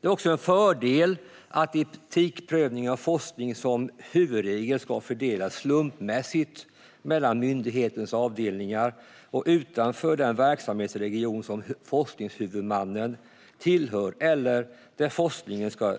Det är också en fördel att etikprövningen av forskning som huvudregel ska fördelas slumpmässigt mellan myndighetens avdelningar och utanför den verksamhetsregion som forskningshuvudmannen tillhör eller där forskningen ska